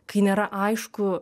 kai nėra aišku